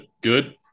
Good